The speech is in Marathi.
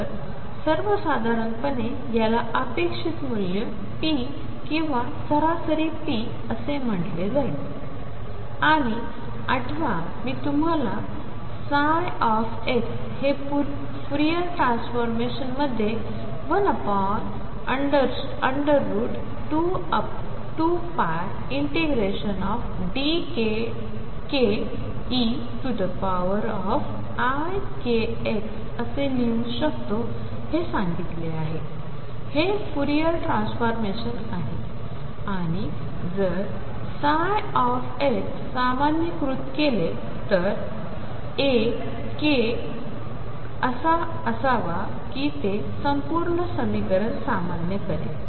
तर सर्वसाधारणपणे याला अपेक्षित मूल्य p किंवा सरासरी p असे म्हटले जाईल आणि आठवा मी तुम्हाला ψ हे फूरियर ट्रान्सफॉर्मेशन मध्ये 12π ∫dk k eikx असे लिहू शकतो हे सांगितले आहे हे फूरियर ट्रान्सफॉर्मेशन आहे आणि जर ψ सामान्यीकृत असेल तर a k असा असावा की ते संपूर्ण समीकरण सामान्य करेल